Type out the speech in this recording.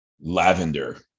lavender